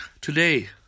today